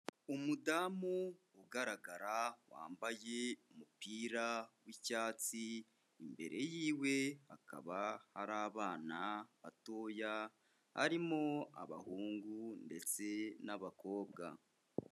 Umudamu ugaragara wambaye umupira w'icyatsi, imbere ye hakaba hari abana batoya barimo abahungu ndetse n'abakobwa.